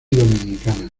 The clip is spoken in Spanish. dominicana